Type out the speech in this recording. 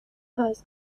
has